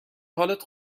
حالت